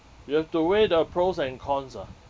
you have to weigh the pros and cons ah